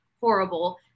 horrible